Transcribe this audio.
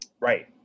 Right